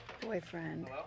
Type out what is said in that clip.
boyfriend